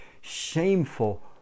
shameful